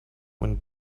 when